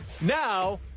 Now